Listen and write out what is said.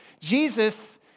Jesus